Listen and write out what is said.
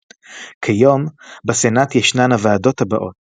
כיום, בסנאט ישנן הוועדות הבאות